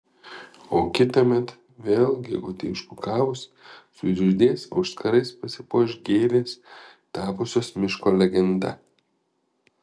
o kitąmet vėl gegutei užkukavus sužydės auskarais pasipuoš gėlės tapusios miško legenda